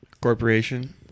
Corporation